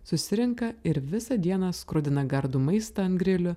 susirenka ir visą dieną skrudina gardų maistą ant grilių